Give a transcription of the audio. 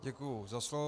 Děkuji za slovo.